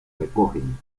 recogen